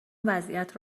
وضعیت